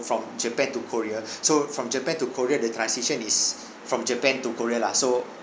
from japan to korea so from japan to korea the transition is from japan to korea lah so